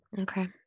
okay